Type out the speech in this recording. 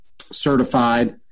certified